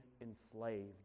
enslaved